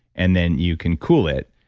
and then you can cool it.